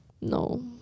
No